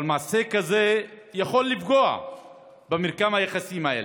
אבל מעשה כזה יכול לפגוע במרקם היחסים הזה.